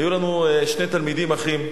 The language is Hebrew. היו לנו שני תלמידים, אחים,